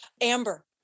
Amber